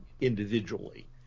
individually